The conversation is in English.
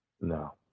No